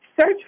Search